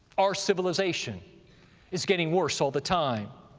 our civilization is getting worse all the time,